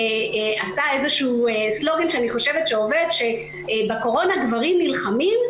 עשתה סלוגן שאני חושבת שעובד: בקורונה גברים נלחמים,